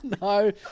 No